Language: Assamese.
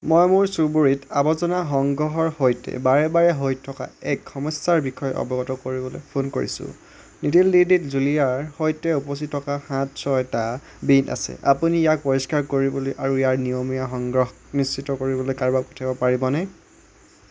মই মোৰ চুবুৰীত আৱৰ্জনা সংগ্ৰহৰ সৈতে বাৰে বাৰে হৈ থকা এক সমস্যাৰ বিষয়ে অৱগত কৰিবলৈ ফোন কৰিছোঁ নতুন দিল্লীত জুলীয়াৰ সৈতে উপচি থকা সাত ছয়টা বিন আছে আপুনি ইয়াক পৰিষ্কাৰ কৰিবলৈ আৰু ইয়াৰ নিয়মীয়া সংগ্ৰহ নিশ্চিত কৰিবলৈ কাৰোবাক পঠিয়াব পাৰিবনে